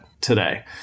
today